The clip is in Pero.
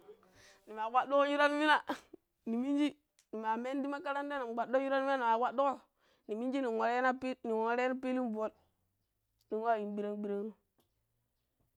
nima kwaɗɗoko shuran min na, minji nima mena ti makaranta nin kwaɗɗo shuran mina nima kwaɗɗoko, ni minji nin wareno ya pi ne wareno pillin ball nin wa yun ɓiran ɓiranno.